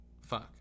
Fuck